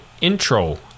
intro